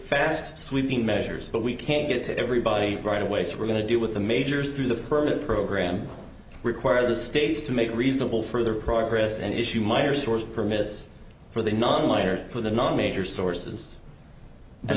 fast sweeping measures but we can't get to everybody right away so we're going to deal with the majors through the permit program require the states to make reasonable further progress and issue meyer stores permits for the nonwhite or for the non major sources